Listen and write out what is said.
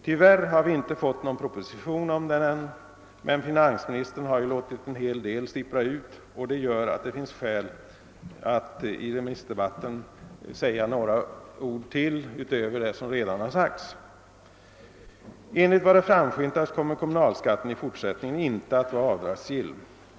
Tyvärr har vi inte fått någon proposition, men finansministern har ju låtit en del sippra ut och det gör att det finns anledning att i debatten säga yt terligare några ord utöver vad som redan yttrats. Enligt vad som framskymtat kommer kommunalskatten inte att vara avdragsgill i fortsättningen.